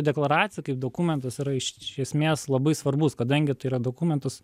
deklaracija kaip dokumentas yra iš iš esmės labai svarbus kadangi tai yra dokumentas